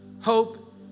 Hope